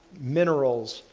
minerals,